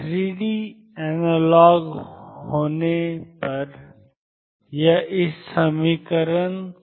3डी एनालॉग होने जा रहा है iℏdψrtdt 22m2rtVrψrt